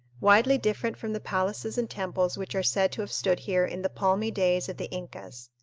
widely different from the palaces and temples which are said to have stood here in the palmy days of the incas.